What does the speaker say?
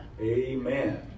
Amen